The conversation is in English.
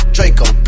Draco